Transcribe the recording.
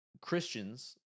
Christians